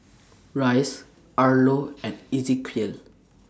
Rice Arlo and Ezequiel